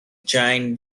giant